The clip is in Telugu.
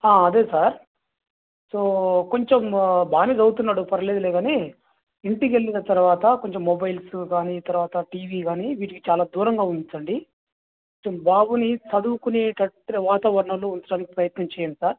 అదే సార్ సో కొంచెం బాగానే చదువుతున్నాడు పర్వాలేదులే కాని ఇంటికెళ్ళిన తరువాత కొంచెం మొబైల్స్ కానీ తరువాత టీవీ కానీ వీటికి చాలా దూరంగా ఉంచండి కొంచెం బాబుని చదువుకునేటట్టు వాతావరణంలో ఉంచడానికి ప్రయత్నం చెయ్యండి సార్